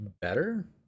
better